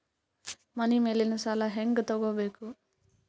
ಮನಿ ಮೇಲಿನ ಸಾಲ ಹ್ಯಾಂಗ್ ತಗೋಬೇಕು?